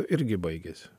irgi baigiasi